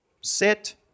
sit